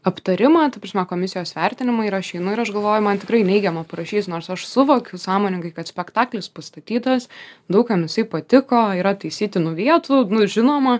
aptarimą ta prasme komisijos vertinimą ir aš einu ir aš galvoju man tikrai neigiamą parašys nors aš suvokiu sąmoningai kad spektaklis pastatytas daug kam jisai patiko yra taisytinų vietų žinoma